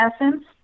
essence